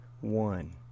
One